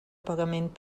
pagament